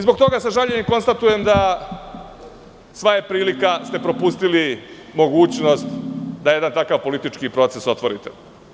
Zbog toga, sa žaljenjem konstatujem, sva je prilika, propustili ste mogućnost da jedan takav politički proces otvorite.